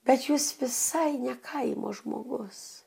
bet jūs visai ne kaimo žmogus